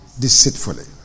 deceitfully